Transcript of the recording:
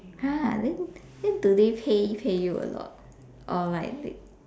!huh! really then do they pay pay you a lot or like they